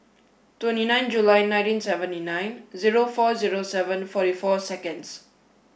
twenty nine July nineteen seventy nine zero four zero seven forty four seconds